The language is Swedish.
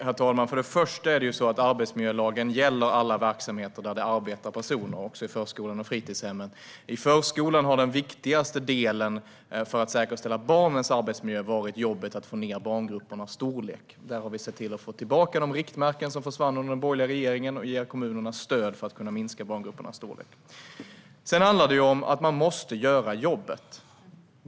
Herr talman! Till att börja med gäller arbetsmiljölagen alla verksamheter där det arbetar personer, också i förskolor och på fritidshem. I förskolan har den viktigaste delen för att säkerställa barnens arbetsmiljö varit arbetet för att få ned barngruppernas storlek. Där har vi sett till att få tillbaka de riktmärken som försvann under den borgerliga regeringen. Vi har gett kommunerna stöd för att de ska kunna minska barngruppernas storlek. Sedan handlar det om att man måste göra jobbet.